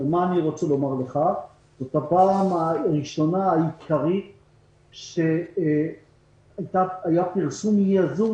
זו הפעם הראשונה והעיקרית שהיה פרסום יזום